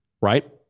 Right